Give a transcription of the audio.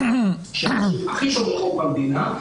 שהם הכי שומרי חוק במדינה,